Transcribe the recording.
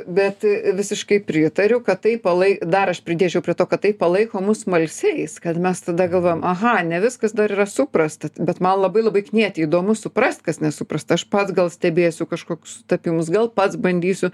bet visiškai pritariu kad tai palai dar aš pridėčiau prie to kad tai palaiko mus smalsiais kad mes tada galvojam aha ne viskas dar yra suprasta bet man labai labai knieti įdomu suprast kas nesuprasta aš pats gal stebėsiu kažkokius sutapimus gal pats bandysiu